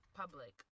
public